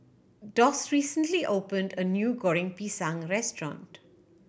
Doss recently opened a new Goreng Pisang restaurant